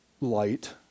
light